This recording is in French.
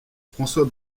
françois